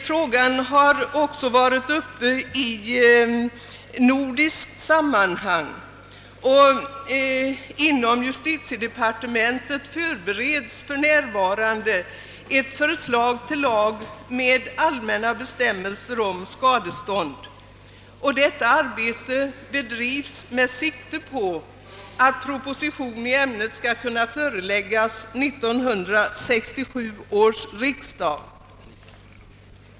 Frågan har också varit uppe i nordiskt sammanhang, och inom justitiedepartementet förbereds för närvarande ett förslag till lag med allmänna bestämmelser om skadestånd. Detta arbete bedrivs med sikte på att proposition i ämnet skall kunna föreläggas 1967 års riksdag.